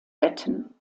wetten